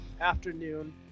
afternoon